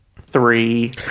three